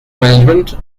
management